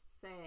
say